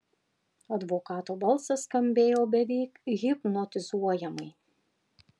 advokato balsas skambėjo beveik hipnotizuojamai